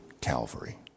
Calvary